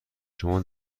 شما